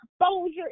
Exposure